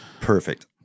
Perfect